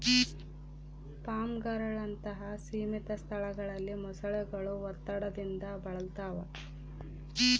ಫಾರ್ಮ್ಗಳಂತಹ ಸೀಮಿತ ಸ್ಥಳಗಳಲ್ಲಿ ಮೊಸಳೆಗಳು ಒತ್ತಡದಿಂದ ಬಳಲ್ತವ